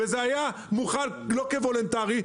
וזה היה מוחל לא כוולונטרי.